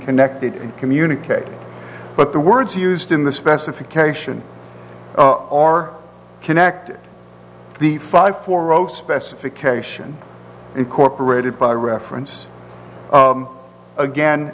connected and communicate but the words used in the specification are connected the five four zero specification incorporated by reference again